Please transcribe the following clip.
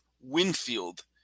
Winfield